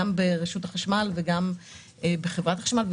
גם ברשות החשמל וגם בחברת החשמל.